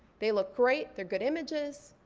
they look great, they're good images,